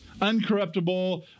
uncorruptible